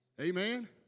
Amen